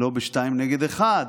לא שניים נגד אחד.